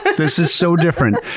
this is so different.